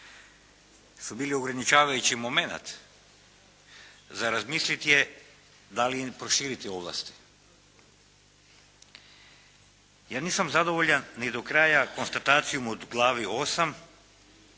su bili ograničavajući momenat za razmislit je da li im proširiti ovlasti. Ja nisam zadovoljan ni do kraja konstatacijom u glavi